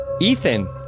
Ethan